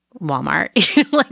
Walmart